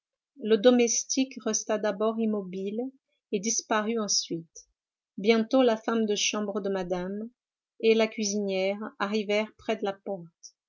le domestique resta d'abord immobile et disparut ensuite bientôt la femme de chambre de madame et la cuisinière arrivèrent près de la porte